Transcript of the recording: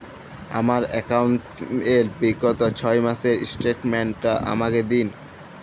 আমার অ্যাকাউন্ট র বিগত ছয় মাসের স্টেটমেন্ট টা আমাকে দিন?